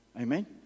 Amen